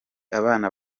abana